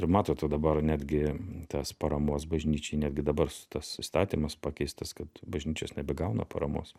ir matot va dabar netgi tas paramos bažnyčiai netgi dabar tas įstatymas pakeistas kad bažnyčios nebegauna paramos